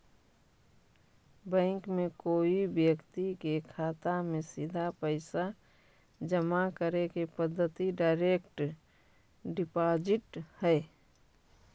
bank में कोई व्यक्ति के खाता में सीधा पैसा जमा करे के पद्धति डायरेक्ट डिपॉजिट हइ